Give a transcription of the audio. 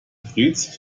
freds